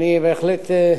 בקריאה טרומית,